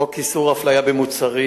חוק איסור הפליה במוצרים,